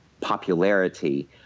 popularity